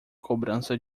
cobrança